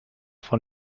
von